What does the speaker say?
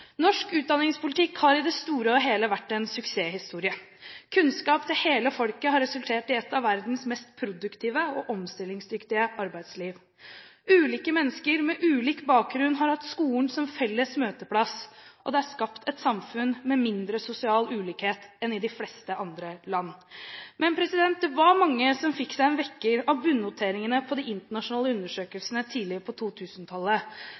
Norsk utdanningspolitikk har i det store og hele vært en suksesshistorie. «Kunnskap til hele folket» har resultert i et av verdens mest produktive og omstillingsdyktige arbeidsliv. Ulike mennesker med ulik bakgrunn har hatt skolen som felles møteplass, og det har skapt et samfunn med mindre sosial ulikhet enn i de fleste andre land. Men det var mange som fikk seg en vekker av bunnoteringene på de internasjonale undersøkelsene tidlig på